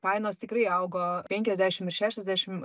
kainos tikrai augo penkiasdešim ir šešiasdešim